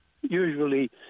usually